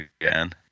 again